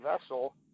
vessel